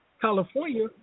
california